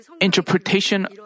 interpretation